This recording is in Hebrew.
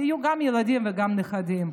יהיו גם ילדים וגם נכדים.